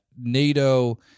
NATO